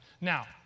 Now